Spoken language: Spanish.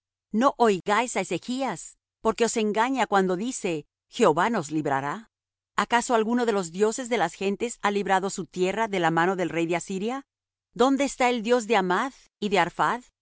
no oigáis á ezechas porque os engaña cuando dice jehová nos librará acaso alguno de los dioses de las gentes ha librado su tierra de la mano del rey de asiria dónde está el dios de hamath y de